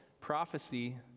prophecy